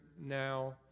now